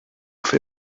fer